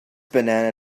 banana